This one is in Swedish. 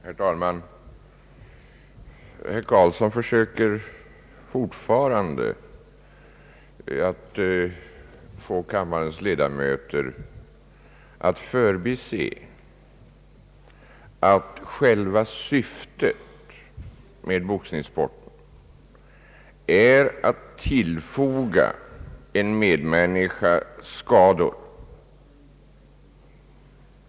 Herr talman! Herr Helge Karlsson försöker fortfarande att få kammarens ledamöter att förbise att själva syftet med boxningssporten är att tillfoga en medmänniska skador.